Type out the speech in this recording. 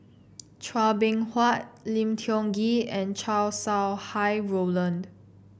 Chua Beng Huat Lim Tiong Ghee and Chow Sau Hai Roland